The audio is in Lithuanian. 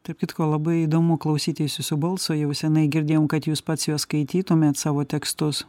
tarp kitko labai įdomu klausytis jūsų balso jau senai girdėjom kad jūs pats juos skaitytumėt savo tekstus